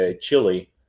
Chile